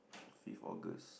fifth August